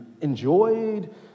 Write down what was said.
enjoyed